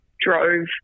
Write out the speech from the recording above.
drove